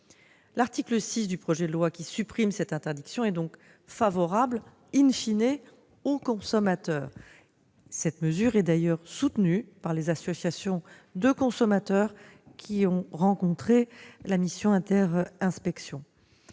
L'article 6 du projet de loi, qui supprime cette interdiction, est donc favorable aux consommateurs. Cette mesure est d'ailleurs soutenue par les associations de consommateurs, qui ont rencontré la mission inter-inspections.